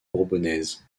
bourbonnaise